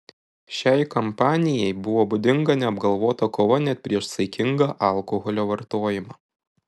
šiai kampanijai buvo būdinga neapgalvota kova net prieš saikingą alkoholio vartojimą